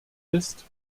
ist